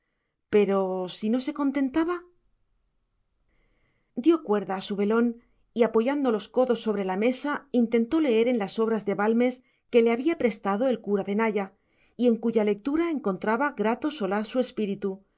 pero si no se contentaba dio cuerda a su velón y apoyando los codos sobre la mesa intentó leer en las obras de balmes que le había prestado el cura de naya y en cuya lectura encontraba grato solaz su espíritu